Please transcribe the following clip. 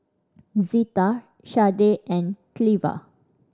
Zita Shardae and Cleva